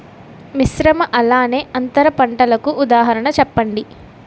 మిశ్రమ అలానే అంతర పంటలకు ఉదాహరణ చెప్పండి?